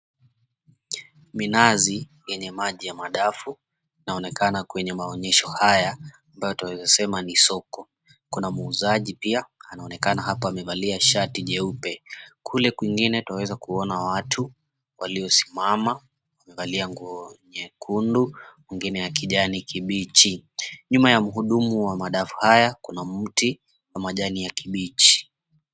Minazi yenye maji ya madafu inaonekana kwenye maonyesho haya ambayo twaweza sema ni soko. Kuna muuzaji pia anaonekana hapo amevalia shati jeupe. Kule kwingine twaweza kuona watu waliosimama wamevalia nguo nyekundu, wengine ya kijani kibichi. Nyuma ya mhudumu wa madafu haya, kuna mti wa majani ya kibichi.